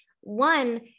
One